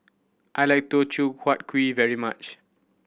I like Teochew Huat Kuih very much